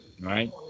right